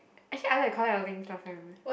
actually I like to collect a lot of things last time eh